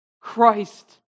Christ